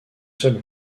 seul